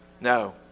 No